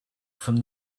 from